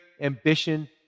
ambition